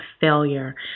failure